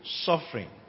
suffering